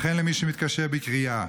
וכן למי שמתקשה בקריאה.